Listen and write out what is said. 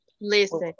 Listen